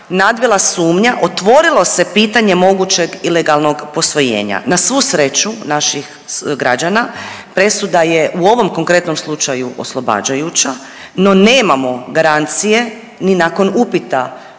nadvila sumnja, otvorilo se pitanje mogućeg ilegalnog posvojenja. Na svu sreću naših građana presuda je u ovom konkretnom slučaju oslobađajuća, no nemamo garancije ni nakon upita